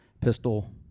pistol